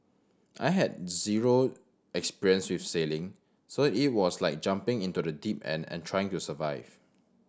I had zero experience with sailing so it was like jumping into the deep end and trying to survive